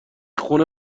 خونه